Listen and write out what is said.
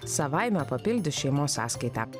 savaime papildys šeimos sąskaitą